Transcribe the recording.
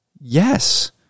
Yes